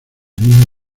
digna